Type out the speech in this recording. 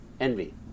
Envy